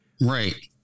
right